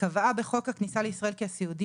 קבעה בחוק הכניסה לישראל כי הסיעודי